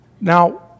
Now